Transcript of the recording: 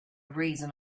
reason